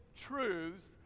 truths